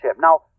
Now